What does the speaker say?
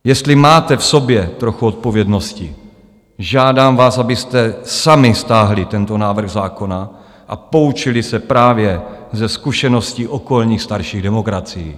Jestli máte v sobě trochu odpovědnosti, žádám vás, abyste sami stáhli tento návrh zákona a poučili se právě ze zkušeností okolních starších demokracií.